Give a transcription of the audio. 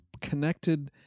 connected